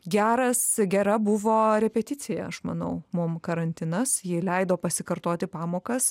geras gera buvo repeticija aš manau mum karantinas ji leido pasikartoti pamokas